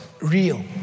real